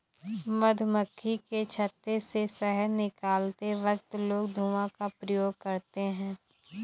मधुमक्खी के छत्ते से शहद निकलते वक्त लोग धुआं का प्रयोग करते हैं